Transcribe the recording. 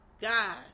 God